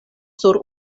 sur